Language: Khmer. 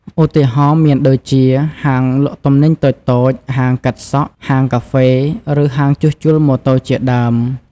ឧទាហរណ៍មានដូចជា ហាងលក់ទំនិញតូចៗ ហាងកាត់សក់ ហាងកាហ្វេ ឬហាងជួសជុលម៉ូតូជាដើម។